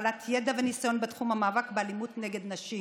בעלת ידע וניסיון בתחום המאבק באלימות נגד נשים.